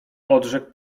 odrzekł